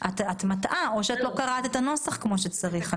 את מטעה או שלא קראת את הנוסח כמו שצריך,